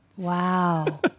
Wow